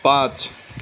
पाँच